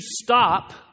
stop